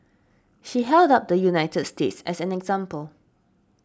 she held up the United States as an example